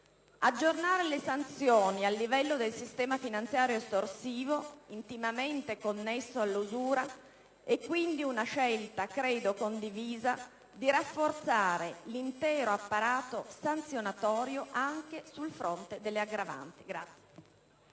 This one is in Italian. Aggiornare le sanzioni al livello del sistema finanziario estorsivo, intimamente connesso all'usura, credo sia dunque una scelta condivisa volta a rafforzare l'intero apparato sanzionatorio anche sul fronte delle aggravanti.